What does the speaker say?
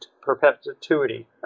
perpetuity